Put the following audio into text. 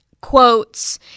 quotes